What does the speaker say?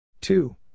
Two